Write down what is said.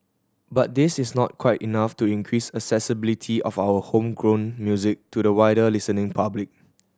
but this is not quite enough to increase accessibility of our homegrown music to the wider listening public